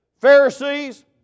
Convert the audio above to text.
Pharisees